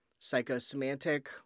psychosemantic